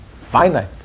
finite